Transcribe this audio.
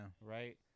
Right